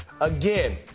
again